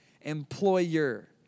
employer